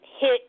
hit